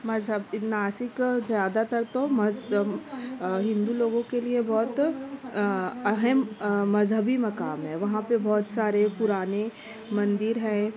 مذہب ناسک زیادہ تر تو ہندو لوگوں کے لیے بہت اہم مذہبی مقام ہے وہاں پہ بہت سارے پرانے مندر ہے